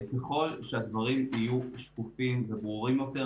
ככל שהדברים יהיו שקופים וברורים יותר,